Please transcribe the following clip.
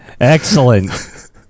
Excellent